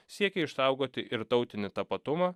siekia išsaugoti ir tautinį tapatumą